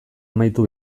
amaitu